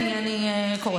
כי אני קוראת.